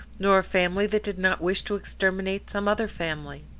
nor a family that did not wish to exterminate some other family.